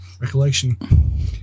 recollection